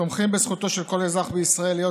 תומכים בזכותו של כל אזרח בישראל להיות